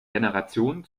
generation